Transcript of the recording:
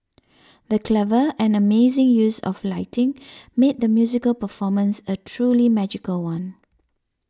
the clever and amazing use of lighting made the musical performance a truly magical one